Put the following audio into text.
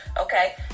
okay